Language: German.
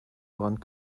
brand